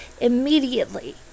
immediately